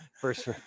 First